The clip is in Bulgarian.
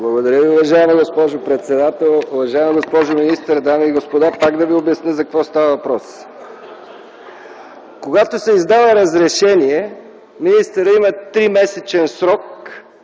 Благодаря Ви. Уважаема госпожо председател, уважаема госпожо министър, дами и господа! Пак да ви обясня за какво става въпрос. Когато се издава разрешение министърът има тримесечен срок.